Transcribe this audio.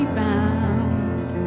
bound